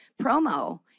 promo